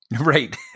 Right